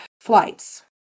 flights